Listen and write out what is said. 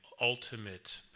ultimate